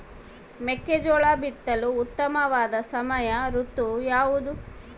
ಮೆಕ್ಕೆಜೋಳ ಬಿತ್ತಲು ಉತ್ತಮವಾದ ಸಮಯ ಋತು ಯಾವುದು?